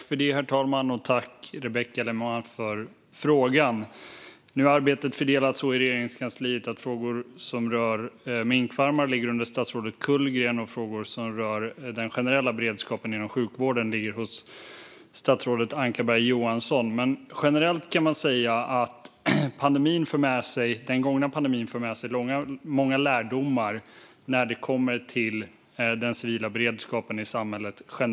Herr talman! Tack, Rebecka Le Moine, för frågan! Arbetet i Regeringskansliet är fördelat så att frågor som rör minkfarmer ligger hos statsrådet Kullgren och frågor som rör den generella beredskapen inom sjukvården ligger hos statsrådet Ankarberg Johansson. Generellt kan man säga att den gångna pandemin fört med sig många lärdomar när det gäller den civila beredskapen i samhället.